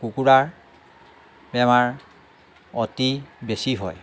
কুকুৰাৰ বেমাৰ অতি বেছি হয়